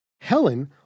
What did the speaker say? Helen